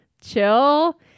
chill